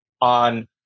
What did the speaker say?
on